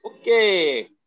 Okay